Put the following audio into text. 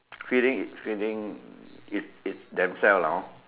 feeding its feeding its its themselves lah hor